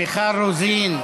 מיכל רוזין,